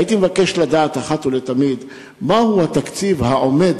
הייתי מבקש לדעת אחת ולתמיד מהו התקציב העומד